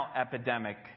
epidemic